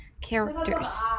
characters